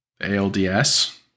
ALDS